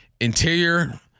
interior